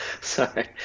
Sorry